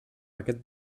aquest